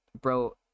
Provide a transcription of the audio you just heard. bro